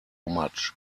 much